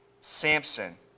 Samson